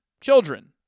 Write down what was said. children